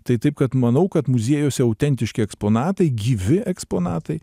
tai taip kad manau kad muziejuose autentiški eksponatai gyvi eksponatai